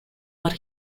but